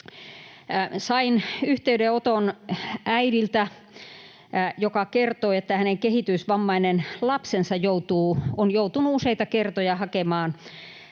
Sain yhteydenoton äidiltä, joka kertoi, että hänen kehitysvammainen lapsensa on uuteen koulutuspaikkaan